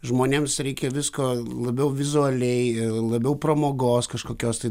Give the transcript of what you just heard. žmonėms reikia visko labiau vizualiai labiau pramogos kažkokios tai